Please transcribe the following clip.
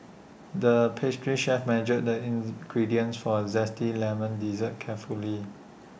the pastry chef measured the ins gradients for A Zesty Lemon Dessert carefully